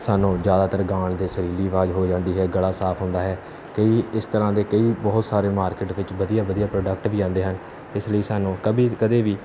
ਸਾਨੂੰ ਜ਼ਿਆਦਾਤਰ ਗਾਉਣ ਦੀ ਸੁਰੀਲੀ ਆਵਾਜ਼ ਹੋ ਜਾਂਦੀ ਹੈ ਗਲਾ ਸਾਫ਼ ਹੁੰਦਾ ਹੈ ਕਈ ਇਸ ਤਰ੍ਹਾਂ ਦੇ ਕਈ ਬਹੁਤ ਸਾਰੇ ਮਾਰਕੀਟ ਵਿੱਚ ਵਧੀਆ ਵਧੀਆ ਪ੍ਰੋਡਕਟ ਵੀ ਆਉਂਦੇ ਹਨ ਇਸ ਲਈ ਸਾਨੂੰ ਕਵੀ ਕਦੇ ਵੀ